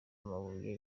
amabuye